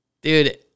dude